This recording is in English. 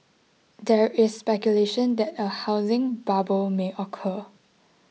there is speculation that a housing bubble may occur